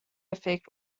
فکر